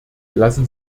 lassen